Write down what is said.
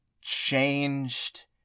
changed